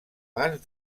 pas